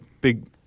big